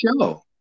show